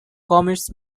commits